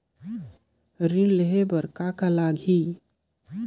ऋण लेहे बर कौन का लगही?